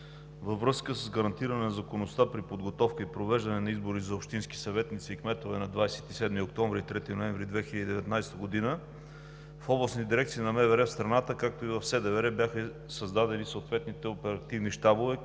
Във връзка с гарантиране на законността при подготовка и провеждане на избори за общински съветници и кметове на 27 октомври – 3 ноември 2019 г., в Областна дирекция на МВР и в СДВР бяха създадени съответните оперативни щабове